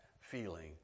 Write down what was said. feeling